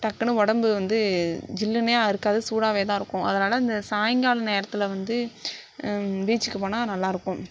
டக்குனு உடம்பு வந்து ஜில்லுனே இருக்காது சூடாகவேதான் இருக்கும் அதனால இந்த சாயங்கால நேரத்தில் வந்து பீச்சுக்குப் போனால் நல்லா இருக்கும்